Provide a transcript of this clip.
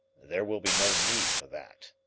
there will be no need for that,